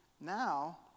now